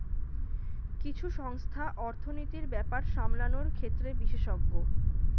কিছু সংস্থা অর্থনীতির ব্যাপার সামলানোর ক্ষেত্রে বিশেষজ্ঞ